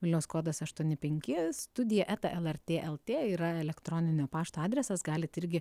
vilniaus kodas aštuoni penki studija eta lrt lt yra elektroninio pašto adresas galit irgi